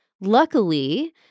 Luckily